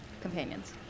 companions